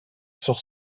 sur